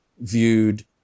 viewed